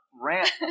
rant